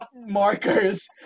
markers